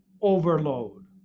overload